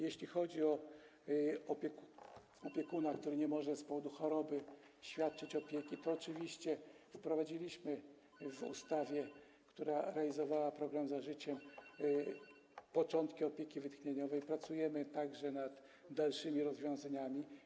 Jeśli chodzi o opiekuna, który nie może z powodu choroby świadczyć opieki, to oczywiście wprowadziliśmy w ustawie, która realizowała program „Za życiem”, początkowe elementy opieki wytchnieniowej, pracujemy także nad dalszymi rozwiązania.